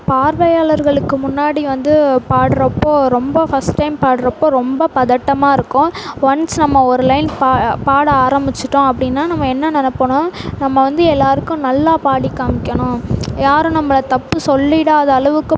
பார்வையாளர்களுக்கு முன்னாடி வந்து பாடுறப்போது ரொம்ப ஃபஸ்ட் டைம் பாடுறப்போது ரொம்ப பதட்டமாக இருக்கும் ஒன்ஸ் நம்ம ஒரு லைன் பா பாட ஆரமித்துட்டோம் அப்படின்னா நம்ம என்ன நெனைப்போன்னா நம்ம வந்து எல்லோருக்கும் நல்லாப் பாடி காமிக்கணும் யாரும் நம்பளை தப்பு சொல்லிவிடாத அளவுக்கு